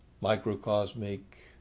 microcosmic